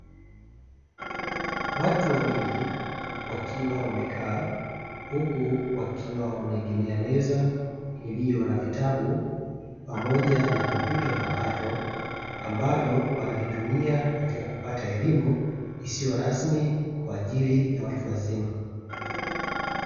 Watu wawili wakiwa wamekaa huku wakiwa wameegemea meza iliyo na vitabu pamoja na kompyuta mpakato ambavyo wanavitumia katika kupata elimu isiyo rasmi kwa ajili ya watu wazima.